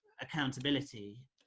accountability